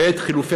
בעת חילופי